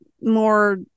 more